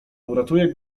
uratuje